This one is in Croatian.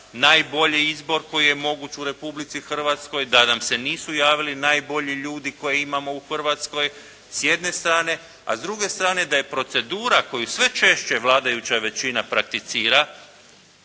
najbolji izbor koji je moguć u Republici Hrvatskoj, da nam se nisu javili najbolji ljudi koje imamo u Hrvatskoj s jedne strane, a s druge strane da je procedura koju sve češće vladajuća većina prakticira